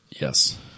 Yes